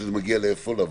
זה מגיע לוועדה?